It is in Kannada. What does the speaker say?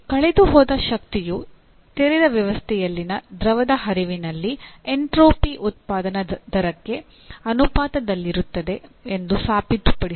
ಕಳೆದುಹೋದ ಶಕ್ತಿಯು ತೆರೆದ ವ್ಯವಸ್ಥೆಯಲ್ಲಿನ ದ್ರವದ ಹರಿವಿನಲ್ಲಿ ಎಂಟ್ರೊಪಿ ಉತ್ಪಾದನಾ ದರಕ್ಕೆ ಅನುಪಾತದಲ್ಲಿರುತ್ತದೆ ಎಂದು ಸಾಬೀತುಪಡಿಸಿ